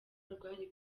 rwari